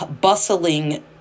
bustling